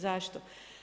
Zašto?